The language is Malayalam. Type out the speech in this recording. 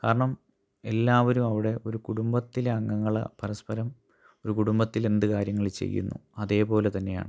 കാരണം എല്ലാവരും അവിടെ ഒരു കുടുംബത്തിലെ അംഗങ്ങൾ പരസ്പരം ഒരു കുടുംബത്തിൽ എന്ത് കാര്യങ്ങൾ ചെയ്യുന്നു അതേപോലെ തന്നെയാണ്